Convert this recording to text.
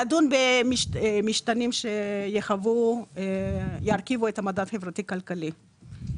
לדון במשתנים שירכיבו את המדד חברתי-כלכלי.